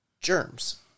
germs